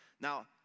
Now